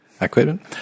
equipment